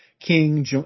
King